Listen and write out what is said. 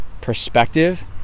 perspective